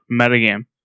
metagame